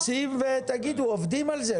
רוצים ותגידו שעובדים על זה.